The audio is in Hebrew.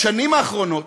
בשנים האחרונות,